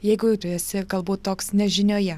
jeigu tu esi galbūt toks nežinioje